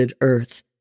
earth